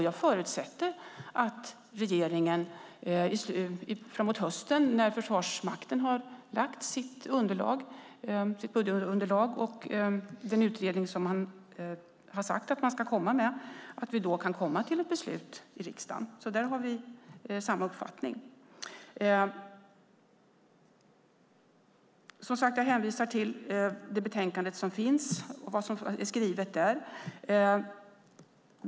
Jag förutsätter att vi framåt hösten, när Försvarsmakten har lagt fram sitt budgetunderlag och den utredning som man har sagt att man ska komma med, kan komma till ett beslut i riksdagen. Där har vi samma uppfattning. Jag hänvisar till det betänkande som finns och vad som är skrivet där.